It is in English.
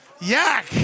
yak